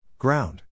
Ground